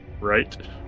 Right